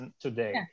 today